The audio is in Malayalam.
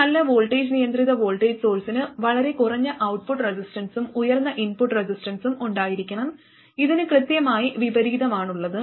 ഒരു നല്ല വോൾട്ടേജ് നിയന്ത്രിത വോൾട്ടേജ് സോഴ്സിന് വളരെ കുറഞ്ഞ ഔട്ട്പുട്ട് റെസിസ്റ്റൻസും ഉയർന്ന ഇൻപുട്ട് റെസിസ്റ്റൻസും ഉണ്ടായിരിക്കണം ഇതിന് കൃത്യമായി വിപരീതമാണുള്ളത്